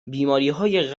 بیماریهای